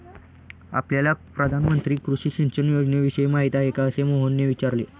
आपल्याला प्रधानमंत्री कृषी सिंचन योजनेविषयी माहिती आहे का? असे मोहनने विचारले